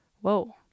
Whoa